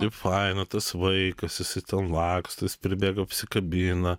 ir faina tas vaikas jisai ten laksto jis pribėga apsikabina